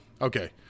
Okay